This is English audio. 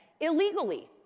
illegally